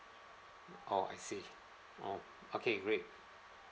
oh I see oh okay great